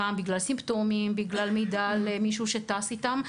גם בגלל סימפטומים וגם בגלל מידע על מישהו שטס איתם.